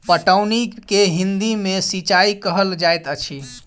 पटौनी के हिंदी मे सिंचाई कहल जाइत अछि